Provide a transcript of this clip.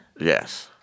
Yes